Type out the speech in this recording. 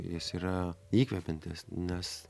jis yra įkvepiantis nes